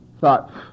Thought